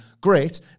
great